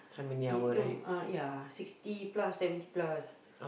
ah ya sixty plus seventy plus